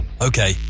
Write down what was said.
Okay